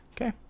Okay